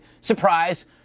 surprise